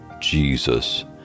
Jesus